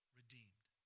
redeemed